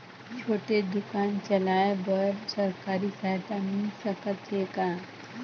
छोटे दुकान चलाय बर सरकारी सहायता मिल सकत हे का?